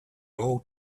all